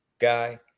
guy